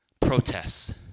protests